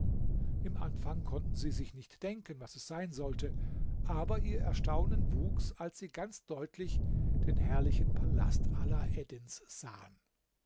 im anfang konnten sie sich nicht denken was es sein sollte aber ihr erstaunen wuchs als sie ganz deutlich den herrlichen palast alaeddins sahen